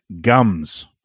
gums